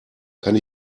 kann